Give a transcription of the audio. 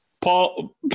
Paul